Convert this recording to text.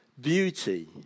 Beauty